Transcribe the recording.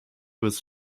was